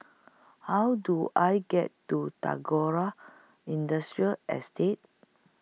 How Do I get to Tagora Industrial Estate